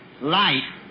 light